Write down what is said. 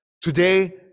today